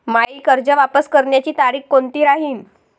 मायी कर्ज वापस करण्याची तारखी कोनती राहीन?